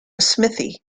smithy